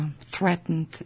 threatened